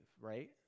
right